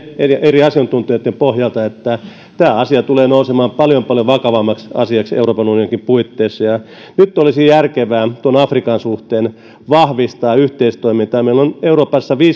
eri asiantuntijoitten pohjalta se että tämä asia tulee nousemaan paljon paljon vakavammaksi asiaksi euroopan unioninkin puitteissa nyt olisi järkevää afrikan suhteen vahvistaa yhteistoimintaa meillä on euroopassa